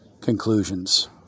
conclusions